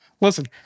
Listen